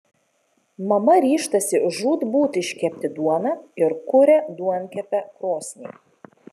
mama ryžtasi žūtbūt iškepti duoną ir kuria duonkepę krosnį